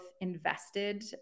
invested